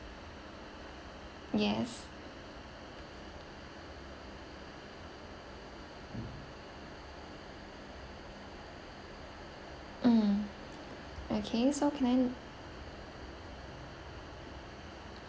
yes um okay so can I